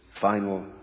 final